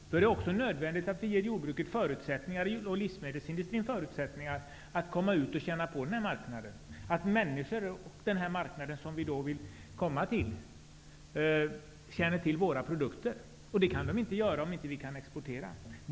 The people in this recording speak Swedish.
Då är det också nödvändigt att vi ger jordbruket och livsmedelsindustrin förutsättningar för att komma ut och känna på den marknaden, och att människorna på den marknad som vi vill bli del av känner till våra produkter. Det kan de inte göra om vi inte kan exportera.